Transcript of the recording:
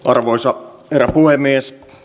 arvoisa herra puhemies